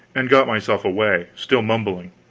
and got myself away, still mumbling.